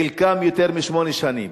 וחלקם יותר משמונה שנים.